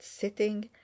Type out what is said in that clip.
sitting